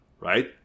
right